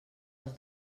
els